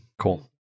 Cool